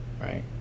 right